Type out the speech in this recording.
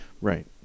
Right